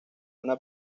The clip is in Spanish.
una